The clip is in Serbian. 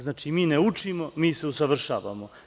Znači, mi ne učimo, mi se usavršavamo.